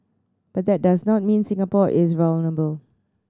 but that does not mean Singapore is vulnerable